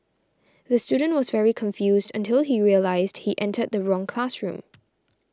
the student was very confused until he realised he entered the wrong classroom